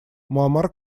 муамар